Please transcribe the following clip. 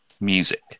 music